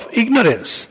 ignorance